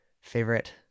favorite